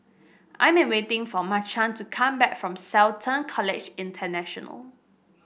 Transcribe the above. I am waiting for Mychal to come back from Shelton College International